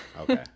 okay